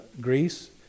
Greece